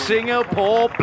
Singapore